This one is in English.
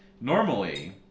normally